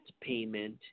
payment